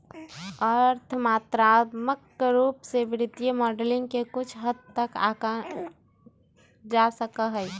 अर्थ मात्रात्मक रूप से वित्तीय मॉडलिंग के कुछ हद तक आंका जा सका हई